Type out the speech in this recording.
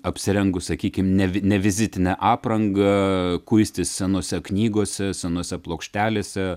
apsirengus sakykime ne ne vizitine apranga kuistis senose knygose senose plokštelėse